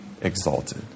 exalted